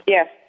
Yes